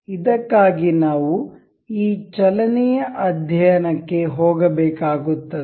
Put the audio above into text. ಇದಕ್ಕಾಗಿ ನಾವು ಈ ಚಲನೆಯ ಅಧ್ಯಯನ ಕ್ಕೆ ಹೋಗಬೇಕಾಗುತ್ತದೆ